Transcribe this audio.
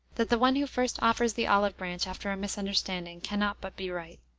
that the one who first offers the olive branch after a misunderstanding, can not but be right.